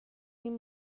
این